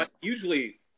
usually